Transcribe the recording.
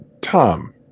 Tom